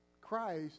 Christ